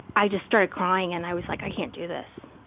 i just started crying and i was like, i can't do this.